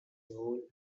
whole